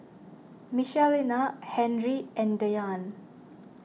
Michelina Henry and Dyan